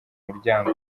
muryango